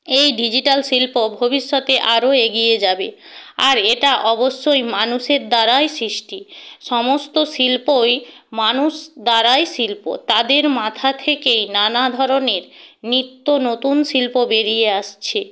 এই ডিজিটাল শিল্প ভবিষ্যতে আরো এগিয়ে যাবে আর এটা অবশ্যই মানুষের দ্বারাই সৃষ্টি সমস্ত শিল্পই মানুষ দ্বারাই শিল্প তাদের মাথা থেকে নানা ধরনের নিত্য নতুন শিল্প বেরিয়ে আসছে